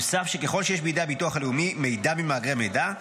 יוסף שככל שיש בידי הביטוח הלאומי מידע ממאגרי מידע,